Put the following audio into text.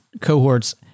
cohorts